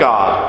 God